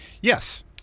Yes